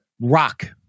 Rock